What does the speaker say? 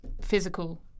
physical